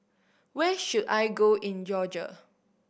where should I go in Georgia